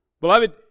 beloved